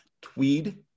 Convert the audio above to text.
Tweed